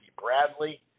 Bradley